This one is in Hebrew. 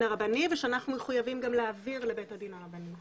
הרבני ושאנחנו מחויבים גם להעביר לבית הדין הרבני.